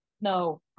no